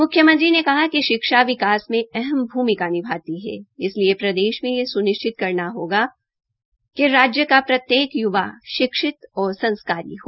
मुख्यमंत्री ने कहा कि शिक्षा विकास में अहम भमिका निभाती है इसलिए प्रदेशा में यह स्निश्चित करना होगा कि राज्य का प्रत्येक युवा शिक्षित और संस्कारी हो